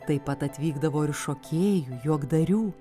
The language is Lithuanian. taip pat atvykdavo ir šokėjų juokdarių